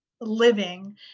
living